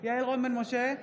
יעל רון בן משה,